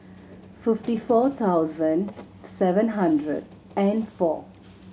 fifty four thousand seven hundred and four